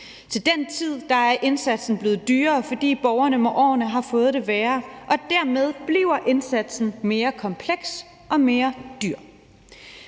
Til den tid er indsatsen blevet dyrere, fordi borgerne med årene har fået det værre, og dermed bliver indsatsen mere kompleks og dyrere.